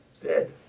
Dead